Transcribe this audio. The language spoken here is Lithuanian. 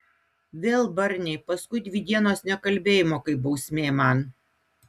vėl barniai paskui dvi dienos nekalbėjimo kaip bausmė man